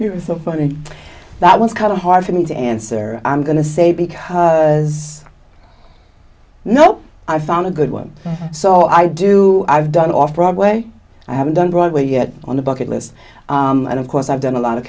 you're so funny that was kind of hard for me to answer i'm going to say because no i found a good one so i do i've done off broadway i haven't done broadway yet on the bucket list and of course i've done a lot of